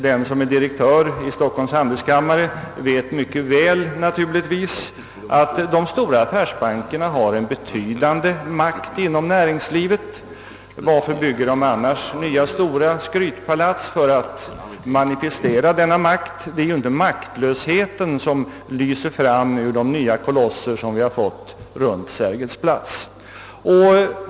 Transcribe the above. Den som är direktör i Stockholms handelskammare vet naturligtvis mycket väl att de stora affärsbankerna har en betydande makt inom näringslivet. Varför bygger de annars nya stora skrytpalats för att manifestera denna makt? Det är inte maktlöshet som lyser emot en från de nya kolosser som vi har fått runt Sergels torg.